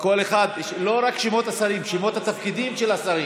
לא רק שמות השרים, שמות התפקידים של השרים,